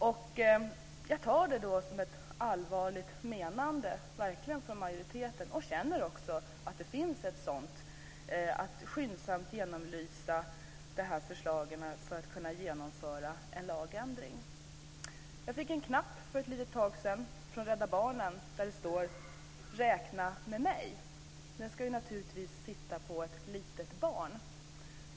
Jag uppfattar detta som verkligen allvarligt menat från majoriteten och känner att det finns ett stöd för att skyndsamt genomlysa de här förslagen så att en lagändring kan genomföras. För ett tag sedan fick jag en liten knapp från Rädda Barnen där det står: Räkna med mig. Knappen ska naturligtvis sitta på ett litet barn.